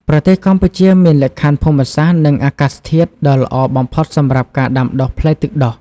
ប្រទេសកម្ពុជាមានលក្ខខណ្ឌភូមិសាស្ត្រ និងអាកាសធាតុដ៏ល្អបំផុតសម្រាប់ការដាំដុះផ្លែទឹកដោះ។